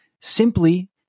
Simply